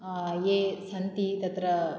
ये सन्ति तत्र